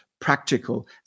practical